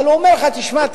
אבל הוא אומר לך: תשמע,